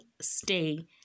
stay